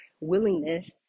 Willingness